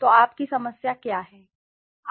तो आपकी समस्या क्या है